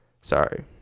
sorry